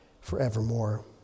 forevermore